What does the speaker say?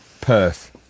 Perth